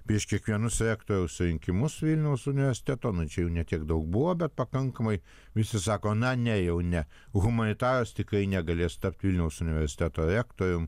prieš kiekvienus rektoriaus rinkimus vilniaus universiteto nu čia jų ne tiek daug buvo bet pakankamai visi sako na ne jau ne humanitaras tikrai negalės tapt vilniaus universiteto rektorium